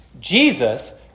Jesus